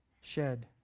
shed